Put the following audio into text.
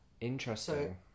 interesting